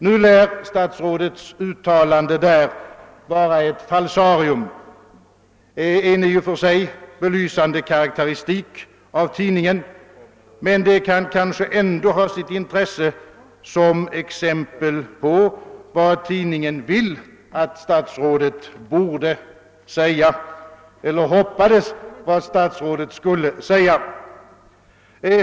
Nu lär statsrådets uttalande där vara ett falsarium, en i och för sig belysande karakteristik av tidningen, men det kan kanske ändå ha sitt intresse som exempel på vad tidningen vill att statsrådet borde säga eller hoppades att statsrådet skulle säga.